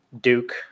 Duke